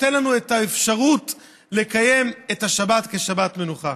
תן לנו את האפשרות לקיים את השבת כשבת מנוחה.